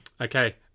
okay